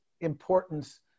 importance